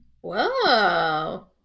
Whoa